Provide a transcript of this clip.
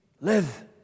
live